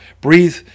breathe